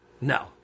no